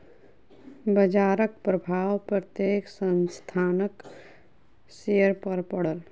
बजारक प्रभाव प्रत्येक संस्थानक शेयर पर पड़ल